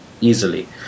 easily